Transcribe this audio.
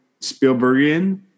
Spielbergian